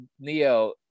neo